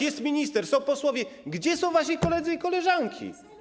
Jest minister, są posłowie, a gdzie są wasi koledzy i wasze koleżanki?